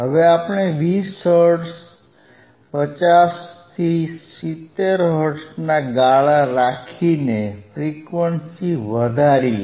હવે આપણે 20 હર્ટ્ઝ 50 થી 70 હર્ટ્ઝના ગાળા રાખીને ફ્રીક્વન્સી વધારીએ